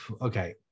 okay